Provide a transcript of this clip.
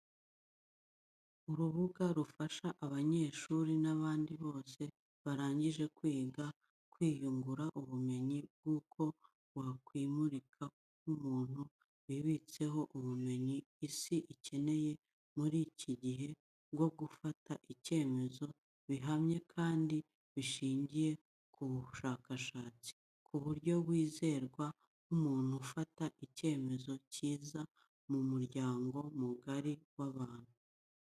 Urubuga rufasha abanyeshuri n'abandi bose barangije kwiga kwiyungura ubumenyi bw'uko wakwimurika nk'umuntu, wibitseho ubumenyi isi ikeneye muri iki gihe bwo gufata ibyemezo bihamye kandi bishingiye ku bushakashatsi ku buryo wizerwa nk'umuntu ufata ibyemezo byiza mu muryango mugari w'abantu.